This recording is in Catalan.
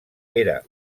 era